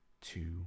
two